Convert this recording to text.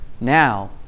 now